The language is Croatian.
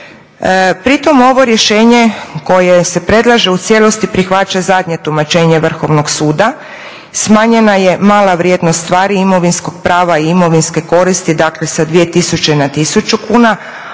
Pri tom ovo rješenje koje se predlaže u cijelosti prihvaća zadnje tumačenje Vrhovnog suda. Smanjena je mala vrijednost stvari, imovinskog prava i imovinske koristi dakle sa 2000 sa 1000 kuna